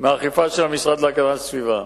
מאכיפה של המשרד להגנת הסביבה.